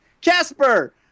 Casper